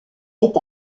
est